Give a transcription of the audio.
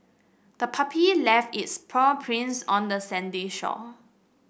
the puppy left its paw prints on the sandy shore